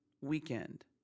weekend